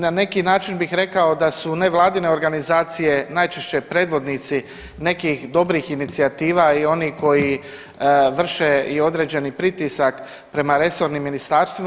Na neki način bih rekao da su nevladine organizacije najčešće predvodnici nekih dobrih inicijativa i oni koji vrše i određeni pritisak prema resornim ministarstvima.